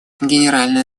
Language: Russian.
генеральная